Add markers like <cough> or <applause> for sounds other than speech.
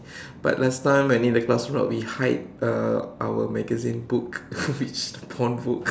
but last time when in the classroom we hide uh our magazine book <laughs> which porn book